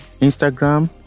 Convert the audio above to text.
instagram